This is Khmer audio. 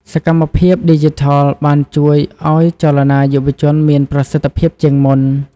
សកម្មភាពឌីជីថលបានជួយឱ្យចលនាយុវជនមានប្រសិទ្ធភាពជាងមុន។